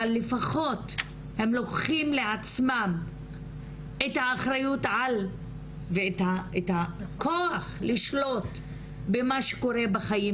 אבל לפחות הם לוקחים לעצמם את האחריות על ואת הכוח לשלוט במה שקורה בחיים